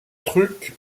truc